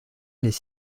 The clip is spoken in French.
les